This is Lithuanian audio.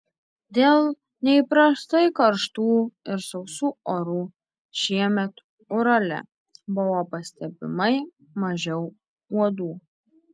dėl neįprastai karštų ir sausų orų šiemet urale buvo pastebimai mažiau uodų